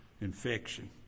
infection